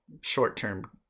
short-term